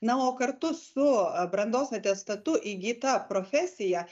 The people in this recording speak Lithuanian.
na o kartu su brandos atestatu įgyta profesija